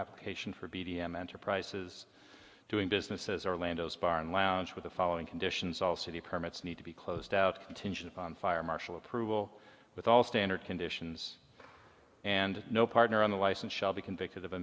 application for b d m enterprises doing business as orlando's barn lounge with the following conditions all city permits need to be closed out contingent upon fire marshall approval with all standard conditions and no partner on the license shall be convicted of a